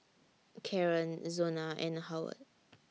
Karren Zona and Howard